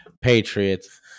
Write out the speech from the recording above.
Patriots